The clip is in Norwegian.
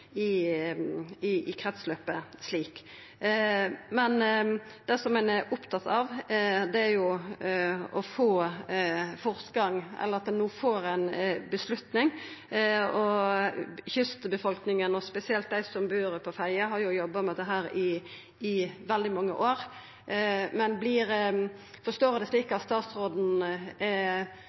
kretsløpet slik. Men det ein er opptatt av, er å få fortgang eller å få ei avgjerd. Kystbefolkninga og spesielt dei som bur på Fedje, har jo jobba med dette i veldig mange år. Kan eg forstå det slik at statsråden